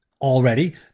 Already